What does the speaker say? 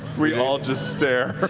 we all just stare.